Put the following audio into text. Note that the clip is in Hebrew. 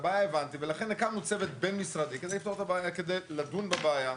ולכן הקמתי צוות בין משרדי כדי לדון בבעיה.